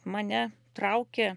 mane traukia